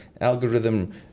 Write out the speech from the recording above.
algorithm